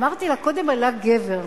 אמרתי לה: קודם עלה גבר,